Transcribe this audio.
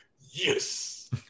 Yes